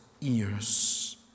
ears